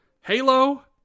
Halo